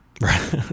Right